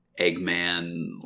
Eggman